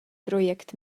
project